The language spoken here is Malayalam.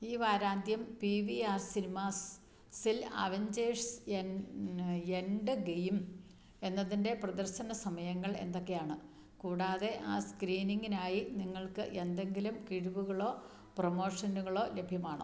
ഈ വാരാന്ത്യം പി വി ആർ സിനിമാസിൽ അവഞ്ചേഴ്സ് യെൻഡ് ഗെയിം എന്നതിൻ്റെ പ്രദർശന സമയങ്ങൾ എന്തൊക്കെയാണ് കൂടാതെ ആ സ്ക്രീനിംഗിനായി നിങ്ങൾക്ക് എന്തെങ്കിലും കിഴിവുകളോ പ്രമോഷനുകളോ ലഭ്യമാണോ